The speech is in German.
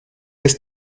ist